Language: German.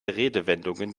redewendungen